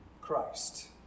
Christ